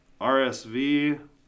RSV